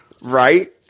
Right